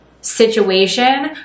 situation